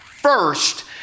first